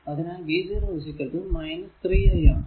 അതിനാൽ v0 3 i ആണ്